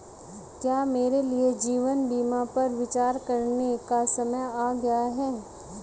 क्या मेरे लिए जीवन बीमा पर विचार करने का समय आ गया है?